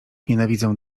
nienawidzę